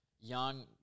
young